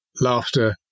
laughter